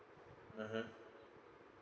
mmhmm